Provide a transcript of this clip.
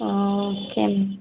ஓகேம்மா